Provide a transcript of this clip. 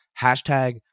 hashtag